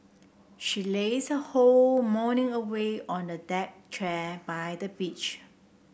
she lazed her whole morning away on a deck chair by the beach